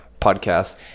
Podcast